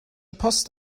post